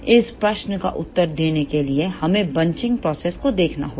इस प्रश्न का उत्तर देने के लिए हमें बंचिंग प्रोसेस को देखना होगा